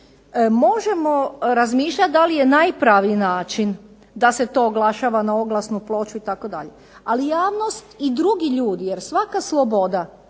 Možemo razmišljati da li je najpraviji način da se to oglašava na oglasnu ploču itd. ali javnost i drugi ljudi jer svaka sloboda